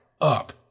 up